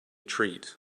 treat